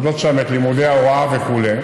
לומדות שם את לימודי ההוראה וכו'